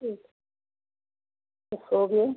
ठीक बस हो गया